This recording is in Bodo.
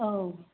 औ